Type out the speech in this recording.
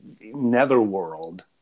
netherworld